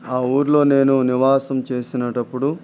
ఆ ఊరిలో నేను నివాసం చేసినప్పుడు